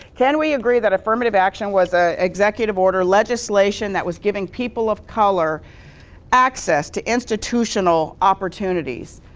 can we agree that affirmative action was a, executive order, legislation that was giving people of color access to institutional opportunities,